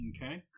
Okay